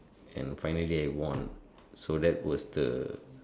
and finally I won so that was the